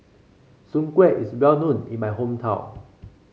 Soon Kway is well known in my hometown